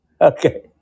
Okay